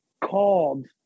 called